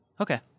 Okay